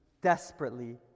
desperately